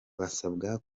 basabwa